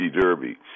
Derby